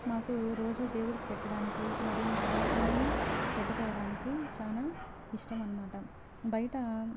మాకు రోజు దేవుడికి పెట్టడానికి మరియు మా మేము పెట్టుకోవడానికి చాలా ఇష్టం అన్నమాట బయట